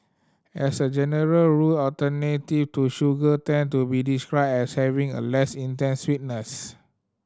as a general rule alternative to sugar tend to be described as having a less intense sweetness